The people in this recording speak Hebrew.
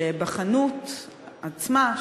שבחנות עצמה,